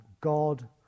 God